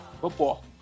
football